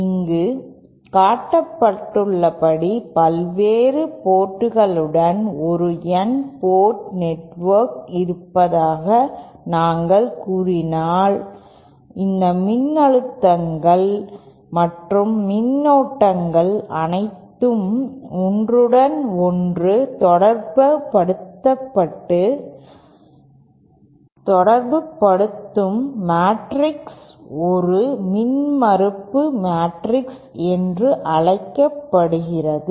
இங்கு காட்டப்பட்டுள்ளபடி பல்வேறு போர்ட்டுகளுடன் ஒரு N போர்ட் நெட்வொர்க் இருப்பதாக நாங்கள் கூறினால் இந்த மின்னழுத்தங்கள் மற்றும் மின்னோட்டங்கள் அனைத்தையும் ஒன்றுடன் ஒன்று தொடர்புபடுத்தும் மேட்ரிக்ஸ் ஒரு மின்மறுப்பு மேட்ரிக்ஸ் என்று அழைக்கப்படுகிறது